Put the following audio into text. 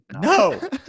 no